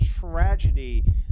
tragedy